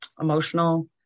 emotional